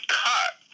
cut